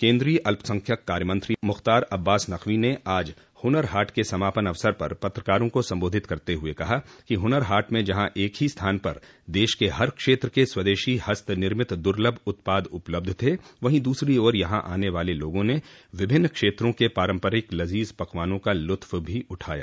केन्द्रीय अल्पसंख्यक कार्यमंत्री मुख्तार अब्बास नकवी ने आज हुनर हाट के समापन अवसर पर पत्रकारों को सम्बोधित करते हुए कहा कि हुनर हॉट मं जहां एक ही स्थान पर देश के हर क्षेत्र के स्वदेशी हस्त निर्मित दुर्लभ उत्पाद उपलब्ध थे वहीं दूसरी ओर यहां आने वाले लोगों ने विभिन्न क्षेत्रों के पारंपरिक लजीज पकवानों का लुत्फ भी उठाया